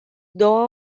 două